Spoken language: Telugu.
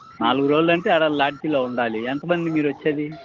నాలుగు రోజులు అంటే అక్కడ లాడ్జీలో ఉండాలి ఎంత మంది మీరు వచ్చేది